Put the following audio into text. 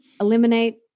Eliminate